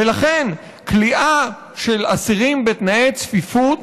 ולכן כליאה של אסירים בתנאי צפיפות